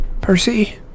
Percy